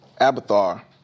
Abathar